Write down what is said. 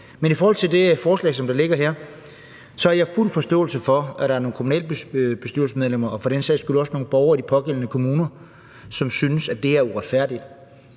Men i forhold til det forslag, der ligger her, har jeg fuld forståelse for, at der er nogle kommunalbestyrelsesmedlemmer og for den sags skyld også nogle borgere i de pågældende kommuner, som synes, at det er uretfærdigt.